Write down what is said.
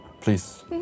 Please